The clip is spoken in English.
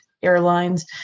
airlines